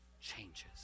changes